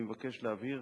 אני מבקש להבהיר